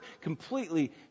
completely